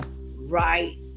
right